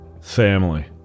family